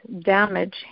damage